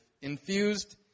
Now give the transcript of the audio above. Infused